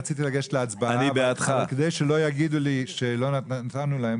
אני רציתי לגשת להצבעה אבל כדי שלא יגידו לי שלא נתנו להם,